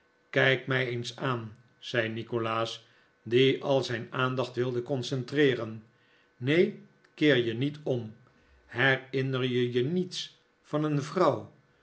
kijk mij eens aan zei nikolaas die al zijn aandacht wilde concentreeren neen keer je niet om herinner je je niets van een vrouw